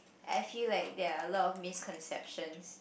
I feel like there are a lot of misconceptions